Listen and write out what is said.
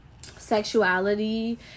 sexuality